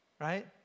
Right